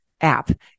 app